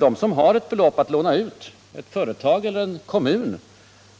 De som har ett belopp disponibelt under en kortare tid —- ett företag, en kommun